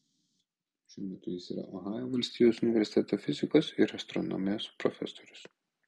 šiuo metu jis yra ohajo valstijos universiteto fizikos ir astronomijos profesorius